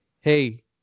hey